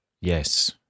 Yes